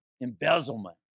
Embezzlement